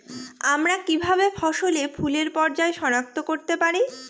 আমরা কিভাবে ফসলে ফুলের পর্যায় সনাক্ত করতে পারি?